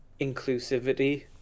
inclusivity